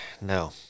No